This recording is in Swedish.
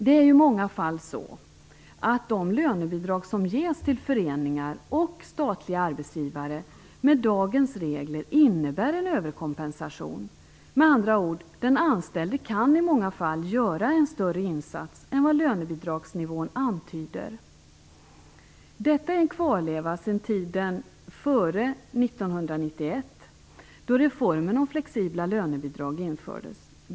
De lönebidrag som ges till föreningar och statliga arbetsgivare innebär i många fall med dagens regler en överkompensation. Den anställde kan med andra ord i många fall göra en större insats än vad lönebidragsnivån antyder. Detta är en kvarleva sedan tiden före 1991, då reformen om flexibla lönebidrag infördes.